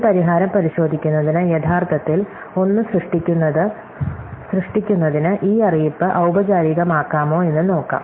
ഒരു പരിഹാരം പരിശോധിക്കുന്നതിന് യഥാർത്ഥത്തിൽ ഒന്ന് സൃഷ്ടിക്കുന്നതിന് ഈ അറിയിപ്പ് ഔപചാരികമാക്കാമോ എന്ന് നോക്കാം